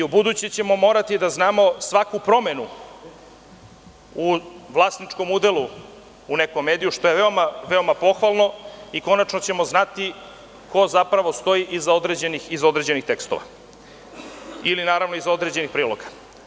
Ubuduće ćemo morati da znamo svaku promenu u vlasničkom udelu u nekom mediju, što je veoma pohvalno i konačno ćemo znati ko zapravo stoji iza određenih tekstova ili, naravno iza određenih priloga.